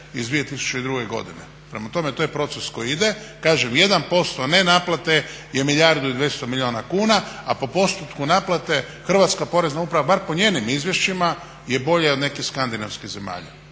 iz 2002.godine? prema tome to je proces koji ide. Kažem, 1% ne naplate je milijardu i 200 milijuna kuna, a po postupku naplate hrvatska Porezna uprava bar po njenim izvješćima je bolja od nekih skandinavskih zemalja,